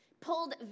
pulled